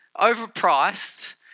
overpriced